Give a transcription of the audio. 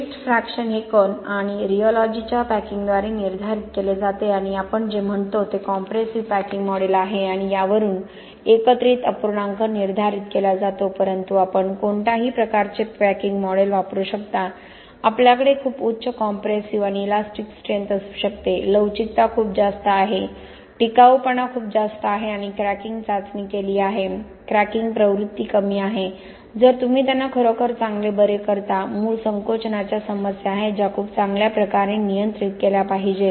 paste fraction हे कण आणि रीओलॉजीच्या पॅकिंगद्वारे निर्धारित केले जाते आणि आम्ही जे म्हणतो ते कॉम्प्रेसिव्ह पॅकिंग मॉडेल आहे यावरून एकत्रित अपूर्णांक निर्धारित केला जातो परंतु आपण कोणत्याही प्रकारचे पॅकिंग मॉडेल वापरू शकता आपल्याकडे खूप उच्च कॉम्प्रेसिव्ह आणि इलॅस्टिक स्ट्रेंथ असू शकते लवचिकता खूप जास्त आहे टिकाऊपणा खूप जास्त आहे आपण क्रॅकिंग चाचणी केली आहे क्रॅकिंग प्रवृत्ती कमी आहे जर तुम्ही त्यांना खरोखर चांगले बरे करता मूळ संकोचनच्या समस्या आहेत ज्या खूप चांगल्या प्रकारे नियंत्रित केल्या पाहिजेत